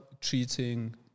treating